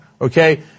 Okay